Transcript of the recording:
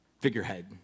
figurehead